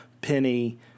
penny